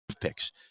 picks